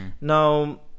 Now